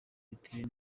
bitegwa